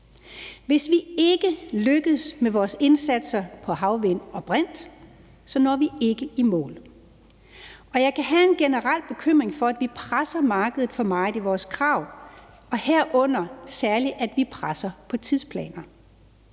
Hvis vi ikke lykkes med vores indsatser for havvind og brint, så når vi ikke i mål. Og jeg kan have en generel bekymring for, at vi presser markedet for meget med vores krav, herunder særligt at vi presser på tidsplaner.